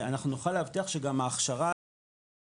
אנחנו נוכל להבטיח שגם ההכשרה תהיה